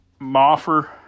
Moffer